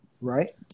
Right